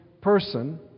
person